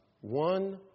one